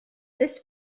this